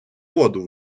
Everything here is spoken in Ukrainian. воду